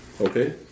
Okay